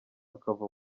akava